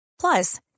Plus